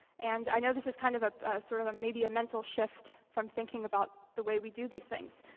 and i know this is kind of ah sort of maybe a mental shift from thinking about the way we do these things,